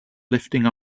lifting